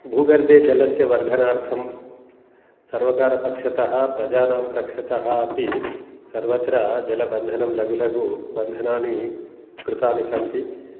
भूगर्भे जलस्य वर्धनार्थं सर्वकारपक्षतः प्रजानां पक्षतः अपि सर्वत्र जलबन्धनं लघु लघु बन्धनानि कृतानि सन्ति